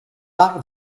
back